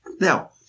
now